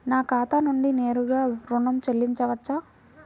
నా ఖాతా నుండి నేరుగా ఋణం చెల్లించవచ్చా?